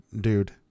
dude